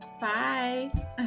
Bye